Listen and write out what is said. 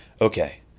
Okay